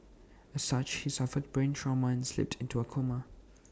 as such he suffered brain trauma and slipped into A coma